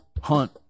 hunt